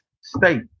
state